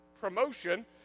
promotion